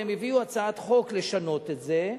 והביאו הצעת חוק לשנות את זה.